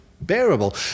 bearable